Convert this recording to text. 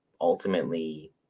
ultimately